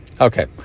Okay